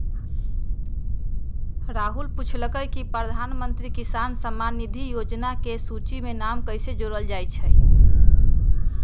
राहुल पूछलकई कि प्रधानमंत्री किसान सम्मान निधि योजना के सूची में नाम कईसे जोरल जाई छई